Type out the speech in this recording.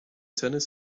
tennis